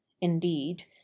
indeed